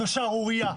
זו שערורייה.